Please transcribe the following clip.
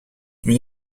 une